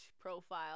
profile